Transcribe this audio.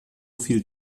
viel